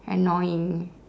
annoying